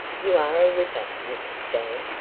you are a ripper, mrs. dan,